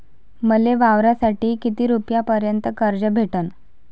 मले वावरासाठी किती रुपयापर्यंत कर्ज भेटन?